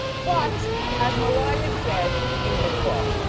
but as mariah said in her book,